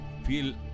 Feel